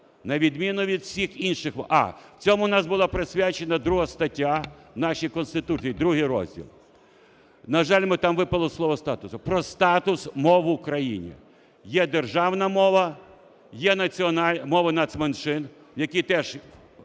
на відміну від всіх інших мов… Цьому у нас була присвячена друга стаття в нашій Конституції, другий розділ, на жаль, там випало слово "статусу". Про статус мов в Україні є державна мова, є мови нацменшин, які теж